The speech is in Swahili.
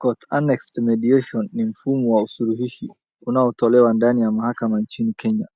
Court annexed mediation ni mfumo wa suluhishi unaotolewa ndani ya mahakama nchini Kenya.